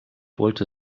wollte